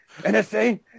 NSA